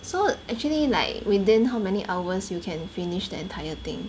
so actually like within how many hours you can finish the entire thing